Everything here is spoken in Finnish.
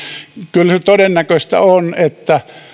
kyllä se todennäköistä on että